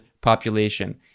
population